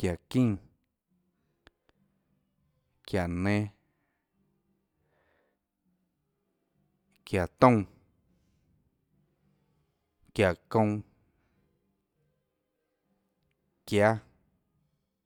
çiáhå çínã, çiáhå nen, çiáhå toúnâ, çiáhå kounã, çiáâ.